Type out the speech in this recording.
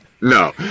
No